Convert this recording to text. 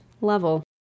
level